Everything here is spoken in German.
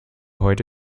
heute